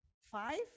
five